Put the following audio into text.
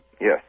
Yes